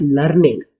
learning